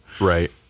Right